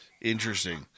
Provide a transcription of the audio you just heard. Interesting